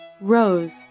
Rose